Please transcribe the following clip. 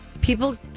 People